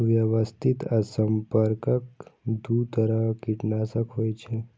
व्यवस्थित आ संपर्क दू तरह कीटनाशक होइ छै